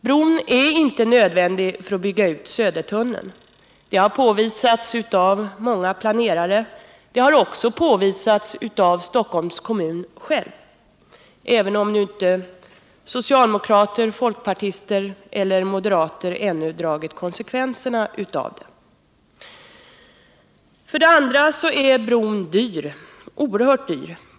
Bron är inte nödvändig för att bygga ut Södertunneln — det har påvisats av många planerare och också av Stockholms kommun, även om socialdemokrater, folkpartister och moderater ännu inte har dragit konsekvenserna av detta. För det andra är bron dyr, oerhört dyr.